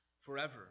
forever